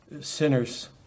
sinners